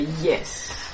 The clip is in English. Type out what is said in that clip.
Yes